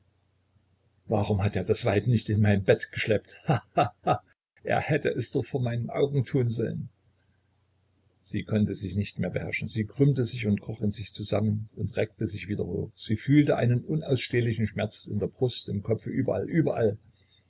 warum hat er das weib nicht in mein bett geschleppt ha ha ha er hätte es doch vor meinen augen tun sollen sie konnte sich nicht mehr beherrschen sie krümmte sich und kroch in sich zusammen und reckte sich wieder hoch sie fühlte einen unausstehlichen schmerz in der brust im kopfe überall überall